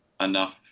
enough